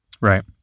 Right